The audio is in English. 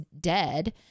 dead